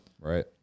Right